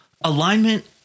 alignment